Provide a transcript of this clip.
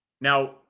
Now